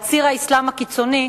על ציר האסלאם הקיצוני,